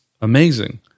amazing